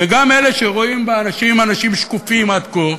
וגם אלה שרואים באנשים אנשים שקופים עד כה,